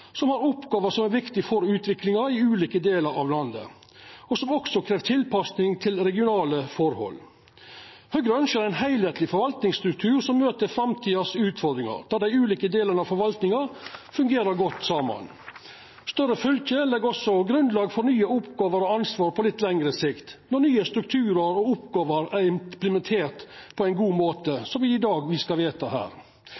som har oppgåver som er viktige for utviklinga i ulike delar av landet, og som også krev tilpassing til regionale forhold. Høgre ønskjer ein heilskapleg forvaltningsstruktur som møter utfordringane i framtiden, der dei ulike delane av forvaltninga fungerer godt saman. Større fylke legg også grunnlag for nye oppgåver og ansvar på litt lengre sikt, når nye strukturar og oppgåver er implementerte på ein god